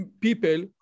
people